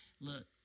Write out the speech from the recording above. look